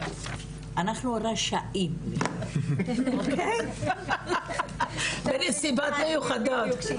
אנחנו רשאים, אתם תסבירו את הנסיבות המיוחדות.